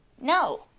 no